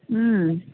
ம்